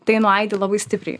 tai nuaidi labai stipriai